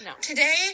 Today